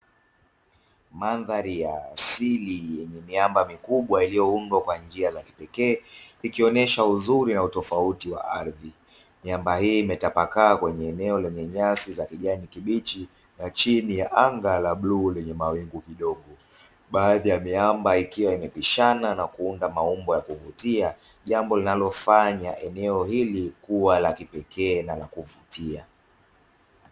Mandhari ya asili yenye miamba mikubwa iliyoundwa kwa njia za kipekee ikionyesha uzuri na utofauti wa ardhi. Miamba hii imetapakaa kwenye eneo lenye nyasi za kijani kibichi na chini ya anga la bluu lenye mawingu madogo, baadhi ya miamba ikiwa imepishana na kuunda maumbo ya kuvutia jambo linalofanya eneo hili kuwa la kipekee na la kuvutia.